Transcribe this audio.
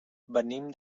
venim